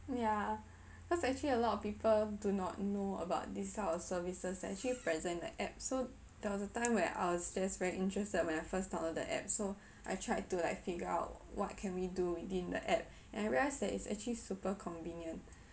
ya cause actually a lot of people do not know about these kind of services that are actually present in the app so there was a time where I was just very interested when I first download the app so I tried to like figure out what can we do within the app and I realised that it's actually super convenient